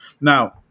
Now